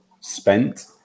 spent